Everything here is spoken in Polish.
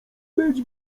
być